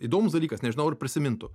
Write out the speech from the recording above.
įdomus dalykas nežinau ar prisimintų